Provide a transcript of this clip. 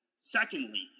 Secondly